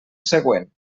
següent